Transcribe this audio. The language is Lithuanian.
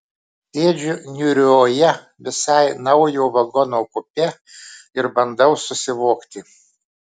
sėdžiu niūrioje visai naujo vagono kupė ir bandau susivokti